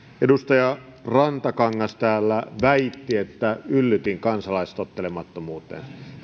edustaja rantakangas täällä väitti että yllytin kansalaistottelemattomuuteen